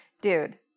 dude